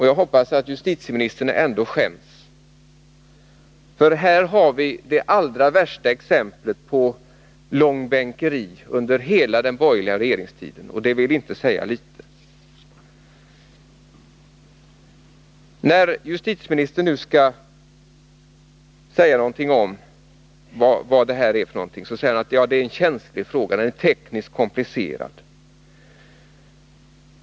Jag hoppas att justitieministern ändå skäms, för här har vi det allra värsta exemplet på Nr 64 ”långbänkeri” under hela den borgerliga regeringstiden. Och det vill inte säga litet. När justitieministern nu skall kommentera detta, så säger han att det är en känslig fråga, en tekniskt komplicerad fråga.